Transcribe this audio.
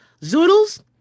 zoodles